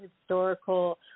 historical